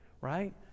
right